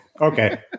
Okay